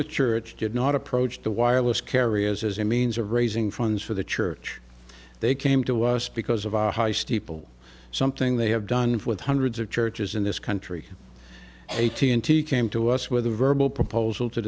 of church did not approach the wireless carriers as a means of raising funds for the church they came to us because of our high steeple something they have done with hundreds of churches in this country a t n t came to us with a verbal proposal to